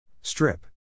Strip